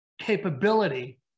capability